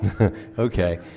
Okay